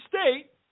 state